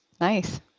Nice